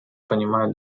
понимают